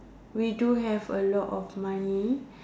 we do have a lot of money